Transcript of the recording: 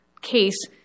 case